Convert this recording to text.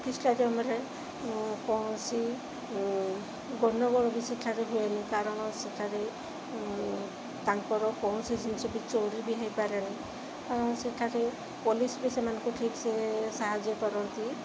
hockey ଷ୍ଟାଡିୟମରେ କୌଣସି ଗଣ୍ଡଗୋଳ ବି ସେଠାରେ ହୁଏନି କାରଣ ସେଠାରେ ତାଙ୍କର କୌଣସି ଜିନିଷ ବି ଚୋରି ବି ହେଇପାରେନି କାରଣ ସେଠାରେ ପୋଲିସ ବି ସେମାନଙ୍କୁ ଠିକ୍ସେ ସାହାଯ୍ୟ କରନ୍ତି